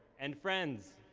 and friends,